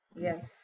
Yes